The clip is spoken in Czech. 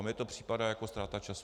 Mně to připadá jako ztráta času.